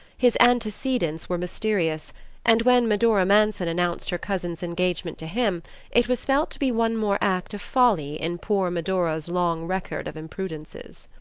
his antecedents were mysterious and when medora manson announced her cousin's engagement to him it was felt to be one more act of folly in poor medora's long record of imprudences.